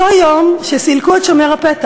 אותו היום שסילקו בו את שומר הפתח,